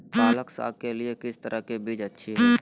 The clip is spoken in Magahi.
पालक साग के लिए किस तरह के बीज अच्छी है?